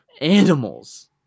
animals